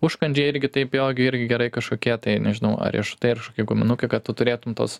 užkandžiai irgi taip jo gi irgi gerai kažkokie tai nežinau ar riešutai ar kažkokie guminukai kad tu turėtum tos